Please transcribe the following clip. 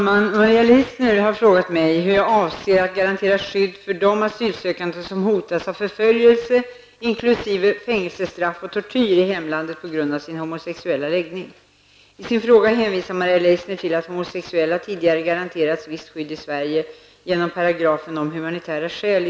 Herr talman! Maria Leissner har frågat mig hur jag avser att garantera skydd för de asylsökande som hotas av förföljelse inkl. fängelsestraff och tortyr i hemlandet på grund av sin homosexuella läggning. I sin fråga hänvisar Maria Leissner till att homosexuella tidigare garanterats visst skydd i Detta är fel.